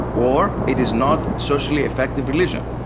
or it is not socially effective religion,